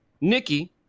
Nikki